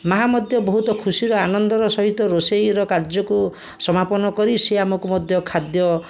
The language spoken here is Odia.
ମା' ମଧ୍ୟ ବହୁତ ଖୁସିର ଆନନ୍ଦର ସହିତ ରୋଷେଇର କାର୍ଯ୍ୟକୁ ସମାପନ କରି ସେ ଆମକୁ ମଧ୍ୟ ଖାଦ୍ୟ